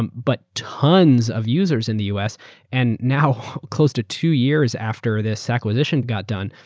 um but tons of users in the us and now close to two years after this acquisition got done,